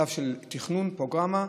שלב של תכנון ופרוגרמה,